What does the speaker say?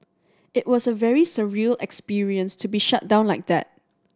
it was a very surreal experience to be shut down like that